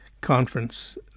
conference